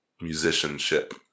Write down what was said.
musicianship